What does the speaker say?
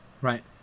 right